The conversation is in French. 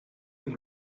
vous